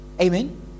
Amen